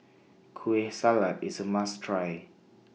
Kueh Salat IS A must Try